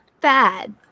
bad